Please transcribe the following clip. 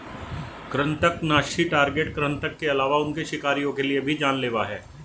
कृन्तकनाशी टारगेट कृतंक के अलावा उनके शिकारियों के लिए भी जान लेवा हैं